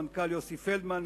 המנכ"ל יוסי פלדמן,